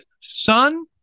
Son